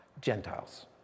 Gentiles